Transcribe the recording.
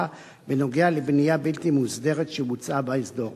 בנוגע לבנייה בלתי מוסדרת שבוצעה באזור.